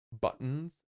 buttons